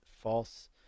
false